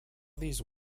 these